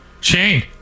shane